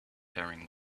faring